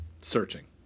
searching